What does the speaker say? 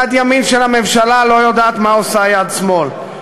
יד ימין של הממשלה לא יודעת מה עושה יד שמאל.